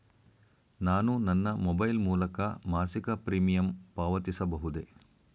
ನಾನು ನನ್ನ ಮೊಬೈಲ್ ಮೂಲಕ ಮಾಸಿಕ ಪ್ರೀಮಿಯಂ ಪಾವತಿಸಬಹುದೇ?